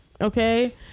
okay